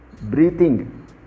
breathing